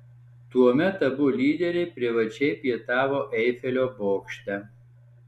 tuomet abu lyderiai privačiai pietavo eifelio bokšte